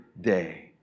day